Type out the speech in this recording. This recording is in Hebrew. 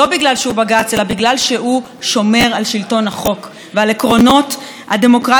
אלא בגלל שהוא שומר על שלטון החוק ועל עקרונות הדמוקרטיה הבסיסיים.